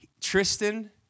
Tristan